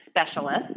specialist